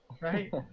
right